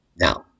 Now